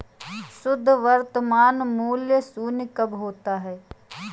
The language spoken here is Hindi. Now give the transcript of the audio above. शुद्ध वर्तमान मूल्य शून्य कब होता है?